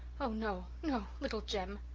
oh no no little jem.